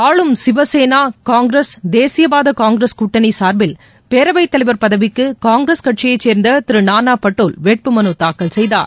ஆளும் சிவசேனா காங்கிரஸ் தேசியவாத காங்கிரஸ் கூட்டணி சார்பில் பேரவைத் தலைவர் பதவிக்கு காங்கிரஸ் கட்சியை சேர்ந்த திரு நானா பட்டோல் வேட்பு மனு தாக்கல் செய்தார்